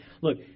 look